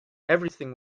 everything